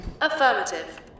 Affirmative